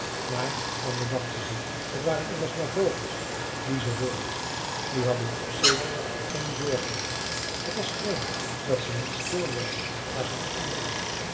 maar dan bedacht ze zich t waren immers maar vogels die ze hoorde die hadden toch zeker geen zorgen t was vreemd dat ze niet stil werden na zonsondergang